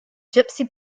gypsy